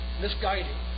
misguiding